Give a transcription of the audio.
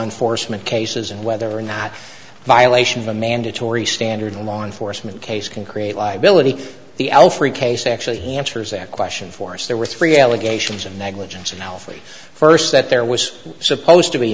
enforcement cases and whether or not violation of a mandatory standard in a law enforcement case can create liability the alfre case actually answers that question for us there were three allegations of negligence of alfie first that there was supposed to be